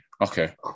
Okay